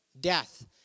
death